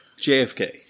JFK